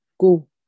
Go